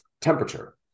temperature